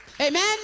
Amen